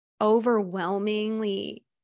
overwhelmingly